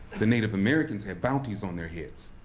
the native americans had bounties on their heads.